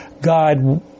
God